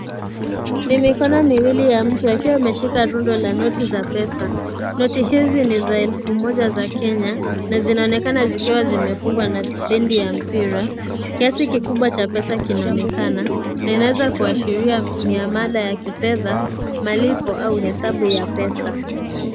NI mikono miwili ya mtu akiwa ameshika rundo la noti za pesa. Noti hizi ni za elfu moja za kenya na zinaonekana zikiwa zimefungwa na ya tendi ya mpira . Kiazi kikubwa cha pesa kinaonekana na inaweza kuashiria miamala ya kifedha, malipo au hesabu ya pesa.